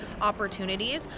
opportunities